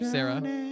Sarah